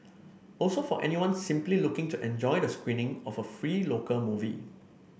also for anyone simply looking to enjoy the screening of a free local movie